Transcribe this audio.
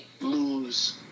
lose